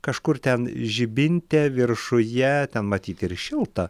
kažkur ten žibinte viršuje ten matyt ir šilta